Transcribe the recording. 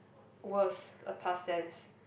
was a past tense